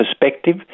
perspective